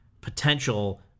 potential